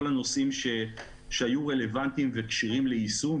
הנושאים שהיו רלוונטיים וכשירים ליישום,